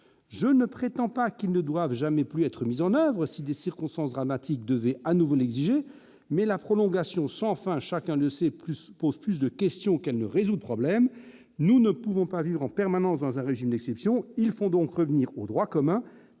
Je ne prétends pas qu'il ne doit jamais plus être mis en oeuvre si des circonstances dramatiques devaient à nouveau l'exiger, mais la prolongation sans fin, chacun le sait, pose plus de questions qu'elle ne résout de problèmes. Nous ne pouvons pas vivre en permanence dans un régime d'exception. Il faut donc revenir au droit commun,